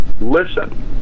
Listen